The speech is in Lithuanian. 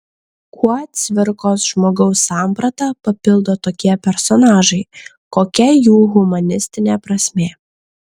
kuo cvirkos žmogaus sampratą papildo tokie personažai kokia jų humanistinė prasmė